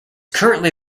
currently